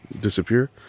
disappear